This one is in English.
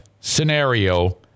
scenario